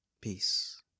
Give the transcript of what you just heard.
Peace